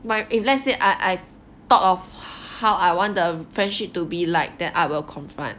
but if let's say I I've thought of how I want the friendship to be like that I will confront